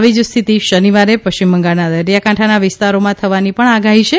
આવીજ સ્થિત શનિવારે પશ્રિમ બંગાળના દરિયાકાઠાંના વિસ્તારોના થવાની આગાહી છે